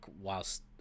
whilst